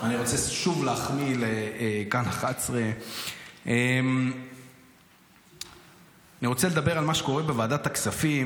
אני רוצה שוב להחמיא לכאן 11. אני רוצה לדבר על מה שקורה בוועדת הכספים.